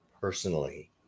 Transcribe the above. personally